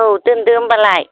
औ दोनदो होमबालाय